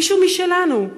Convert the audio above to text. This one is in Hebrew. מישהו משלנו,